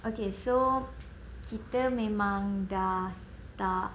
okay so kita memang dah tak